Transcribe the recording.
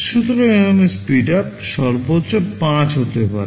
সুতরাং এখানে স্পিডআপ সর্বোচ্চ 5 হতে পারে